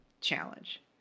challenge